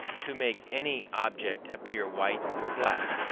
to make any object appear white or black.